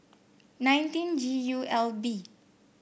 nineteen G U L B